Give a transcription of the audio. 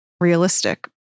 realistic